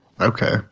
okay